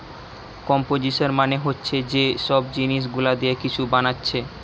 composition মানে হচ্ছে যে সব জিনিস গুলা দিয়ে কিছু বানাচ্ছে